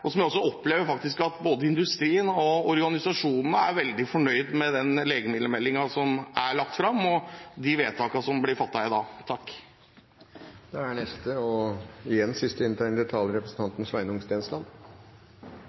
og viktige som legemiddelmeldingen er. Jeg opplever også faktisk at både industrien og organisasjonene er veldig fornøyd med den legemiddelmeldingen som er lagt fram, og med de vedtakene som blir fattet i dag. Det ble etterlyst et femte mål for legemiddelpolitikken: riktig bruk. Det første målet som står, er